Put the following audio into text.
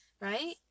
right